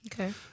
Okay